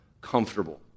comfortable